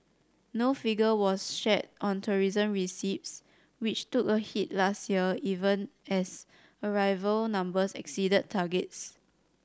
no figure was shared on tourism receipts which took a hit last year even as arrival numbers exceeded targets